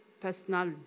personal